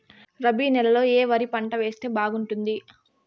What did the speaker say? రబి నెలలో ఏ వరి పంట వేస్తే బాగుంటుంది